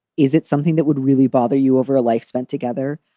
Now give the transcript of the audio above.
is it something that would really bother you over a life spent together?